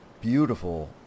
beautiful